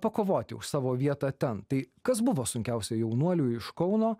pakovoti už savo vietą ten tai kas buvo sunkiausia jaunuoliui iš kauno